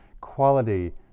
quality